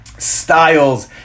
styles